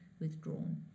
withdrawn